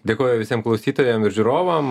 dėkoju visiem klausytojam ir žiūrovam